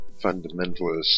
fundamentalists